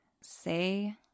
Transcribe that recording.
Say